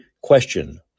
question